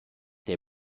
der